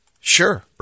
Sure